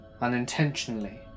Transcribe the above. unintentionally